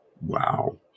Wow